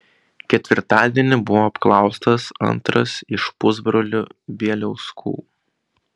ketvirtadienį buvo apklaustas antras iš pusbrolių bieliauskų